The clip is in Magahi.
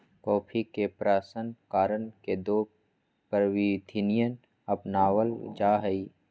कॉफी के प्रशन करण के दो प्रविधियन अपनावल जा हई